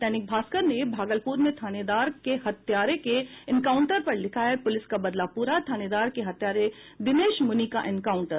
दैनिक भास्कर ने भागलप्र में थानेदार के हत्यारे के एनकाउंटर पर लिखा है पुलिस का बदला पूरा थानेदार के हत्यारे दिनेश मुनि का एनकाउंटर